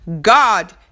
God